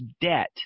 debt